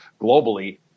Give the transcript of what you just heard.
globally